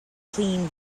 clean